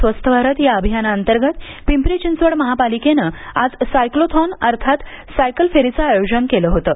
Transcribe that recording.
स्वस्थ भारत या अभियानांतर्गत पिंपरी चिंचवड महापालिकेनं आज सायक्लोथॉन अर्थात सायकल फेरीचे आयोजन केलं होतं